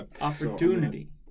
Opportunity